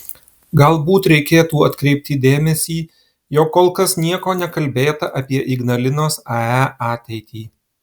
galbūt reikėtų atkreipti dėmesį jog kol kas nieko nekalbėta apie ignalinos ae ateitį